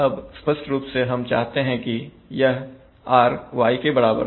अब स्पष्ट रूप से हम चाहते है कि यह ' r' ' y' के बराबर हो